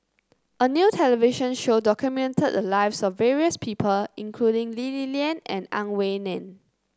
a new television show documented the lives of various people including Lee Li Lian and Ang Wei Neng